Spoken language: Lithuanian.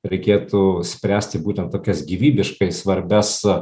reikėtų spręsti būtent tokias gyvybiškai svarbias